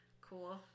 Cool